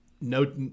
no